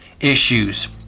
issues